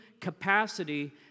capacity